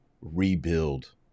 rebuild